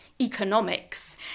economics